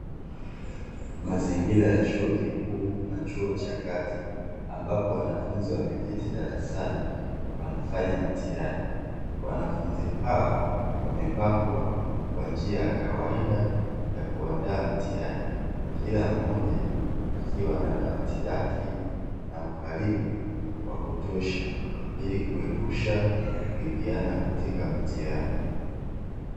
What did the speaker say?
Mazingira ya chuo kikuu na chuo cha kati ambapo wanafunzi wameketi darasani, wanafanya mtihani wanafunzi hawa wamepangwa kwa njia ya kawaida ya kuandaa mtihani kila mmoja akiwa na dawati lake na ukaribu wa kutosha ili kuepusha kuibiana katika mtihani.